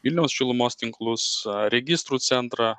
vilniaus šilumos tinklus registrų centrą